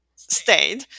stayed